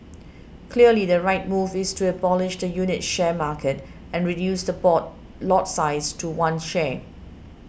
clearly the right move is to abolish the unit share market and reduce the board lot size to one share